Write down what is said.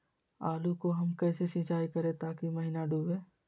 आलू को हम कैसे सिंचाई करे ताकी महिना डूबे?